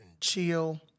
chill